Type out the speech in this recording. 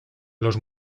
los